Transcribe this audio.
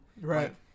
Right